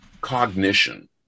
cognition